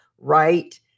right